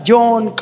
John